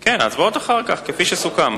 כן, ההצבעות אחר כך, כפי שסוכם.